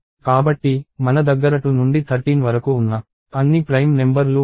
కాబట్టి మన దగ్గర 2 నుండి 13 వరకు ఉన్న అన్ని ప్రైమ్ నెంబర్ లు ఉన్నాయి